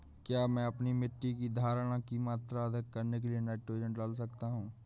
क्या मैं अपनी मिट्टी में धारण की मात्रा अधिक करने के लिए नाइट्रोजन डाल सकता हूँ?